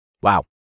wow